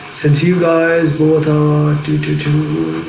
since you guys both are two to two